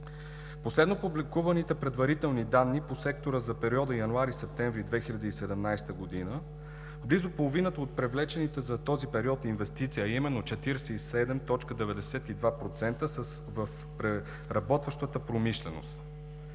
последно публикуваните предварителни данни по сектора за периода януари – септември 2017 г. близо половината от привлечените за този период инвестиции, а именно 47,92%, са в преработващата промишленост.